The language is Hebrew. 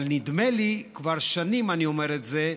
אבל נדמה לי, כבר שנים אני אומר את זה,